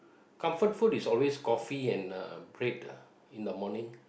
comfort food is always coffee and uh bread ah in the morning